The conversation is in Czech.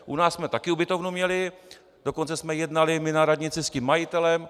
U nás jsme taky ubytovnu měli, dokonce jsme jednali na radnici s tím majitelem.